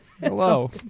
hello